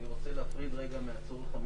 אני רוצה להפריד רגע מהצורך המשפטי,